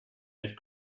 had